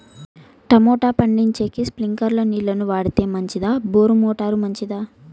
Tomato పండించేకి స్ప్రింక్లర్లు నీళ్ళ ని వాడితే మంచిదా బోరు మోటారు మంచిదా?